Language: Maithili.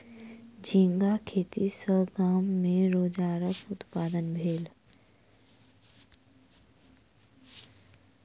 झींगा खेती सॅ गाम में रोजगारक उत्पादन भेल